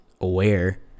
aware